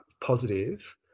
positive